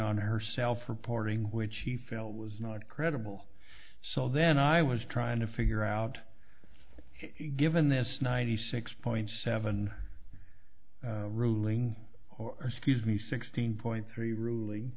on her self reporting which he felt was not credible so then i was trying to figure out given this ninety six point seven ruling or scuse me sixteen point three ruling